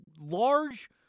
large